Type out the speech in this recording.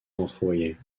entrevoyait